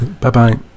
Bye-bye